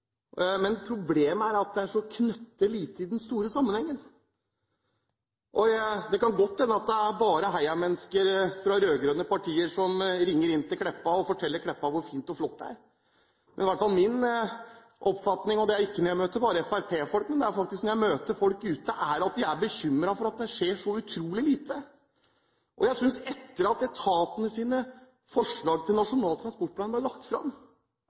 men problemet er at det er så knøttlite i den store sammenhengen. Det kan godt hende at det bare er heia-mennesker fra de rød-grønne partiene som ringer inn til Meltveit Kleppa og forteller henne hvor fint og flott det er. Det som i hvert fall er min oppfatning, og det gjelder ikke bare når jeg møter fremskrittspartifolk, men også når jeg møter folk ute, er at folk er bekymret for at det skjer så utrolig lite. Etter at etatenes forslag til Nasjonal transportplan ble lagt fram,